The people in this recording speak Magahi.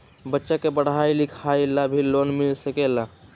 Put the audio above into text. बच्चा के पढ़ाई लिखाई ला भी लोन मिल सकेला?